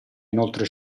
inoltre